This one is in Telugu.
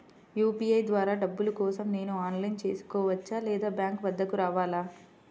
యూ.పీ.ఐ ద్వారా డబ్బులు కోసం నేను ఆన్లైన్లో చేసుకోవచ్చా? లేదా బ్యాంక్ వద్దకు రావాలా?